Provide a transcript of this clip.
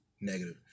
Negative